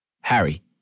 Harry